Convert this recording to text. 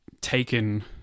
taken